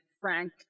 Frank